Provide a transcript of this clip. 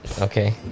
Okay